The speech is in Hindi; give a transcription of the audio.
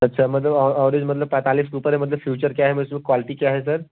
अच्छा मतलब अ अवरेज मतलब पैंतालीस के ऊपर है मतलब फ्यूचर क्या है मे उसमें क्वालिटी क्या है सर